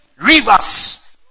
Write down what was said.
rivers